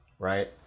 Right